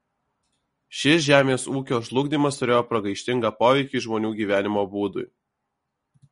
šis žemės ūkio žlugdymas turėjo pragaištingą poveikį žmonių gyvenimo būdui